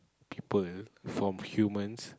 people from humans